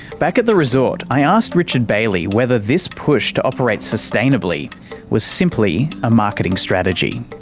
back at the resort i ask richard bailey whether this push to operate sustainability was simply a marketing strategy.